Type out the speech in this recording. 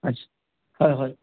হয় হয় হয়